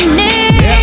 need